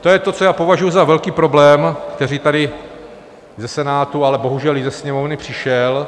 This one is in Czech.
To je to, co já považuji za velký problém, který tady ze Senátu, ale bohužel i ze Sněmovny přišel.